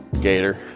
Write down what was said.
Gator